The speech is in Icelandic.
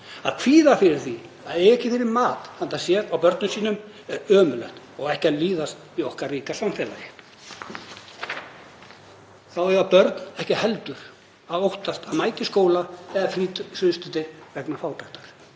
Að kvíða fyrir því að eiga ekki fyrir mat handa sér og börnum sínum er ömurlegt og á ekki að líðast í okkar ríka samfélagi. Þá eiga börn ekki heldur að óttast að mæta í skóla eða frístundir vegna fátæktar.